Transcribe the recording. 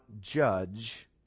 judge